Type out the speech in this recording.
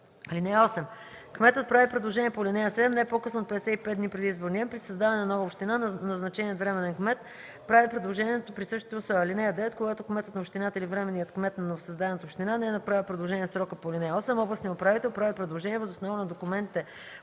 му. (8) Кметът прави предложението по ал. 7 не по-късно от 55 дни преди изборния ден. При създаване на нова община назначеният временен кмет прави предложението при същите условия. (9) Когато кметът на общината или временният кмет на новосъздадената община не е направил предложение в срока по ал. 8, областният управител прави предложение въз основа на документите